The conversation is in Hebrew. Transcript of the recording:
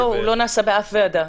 הוא לא נעשה באף ועדה.